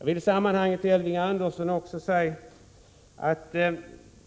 I det här sammanhanget vill jag säga till Elving Andersson att